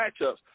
matchups